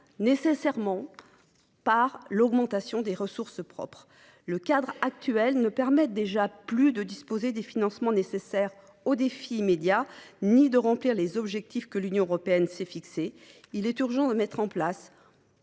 nécessairement par l’augmentation des ressources propres. Le cadre actuel ne permet déjà plus de disposer des financements nécessaires pour relever les défis immédiats ni d’atteindre les objectifs que l’Union européenne s’est fixés. Il est urgent de mettre en place